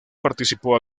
participó